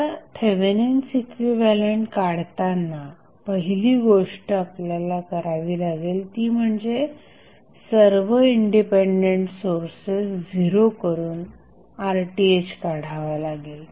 आता Thevenin's equivalent काढताना पहिली गोष्ट आपल्याला करावी लागेल ती म्हणजे सर्व इंडिपेंडंट सोर्सेस 0 करून RTh काढावा लागेल